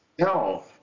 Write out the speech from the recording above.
No